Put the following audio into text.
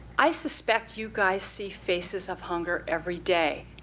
i suspect you guys see faces of hunger every day,